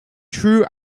true